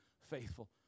faithful